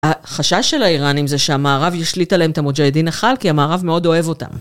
החשש של האיראנים זה שהמערב ישליט עליהם את המוג'אהידין החלק, כי המערב מאוד אוהב אותם.